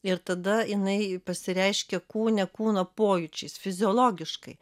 ir tada jinai pasireiškia kūne kūno pojūčiais fiziologiškai